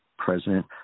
president